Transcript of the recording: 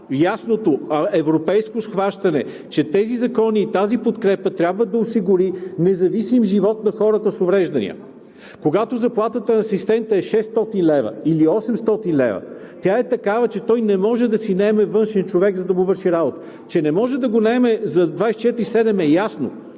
ясното европейско схващане, че тези закони и тази подкрепа трябва да осигури независим живот на хората с увреждания. Когато заплатата на асистента е 600 лв. или 800 лв., тя е такава, че той не може да си наеме външен човек, за да му върши работата. Че не може да го наеме за 24/7 е ясно,